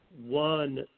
one